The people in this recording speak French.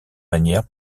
manière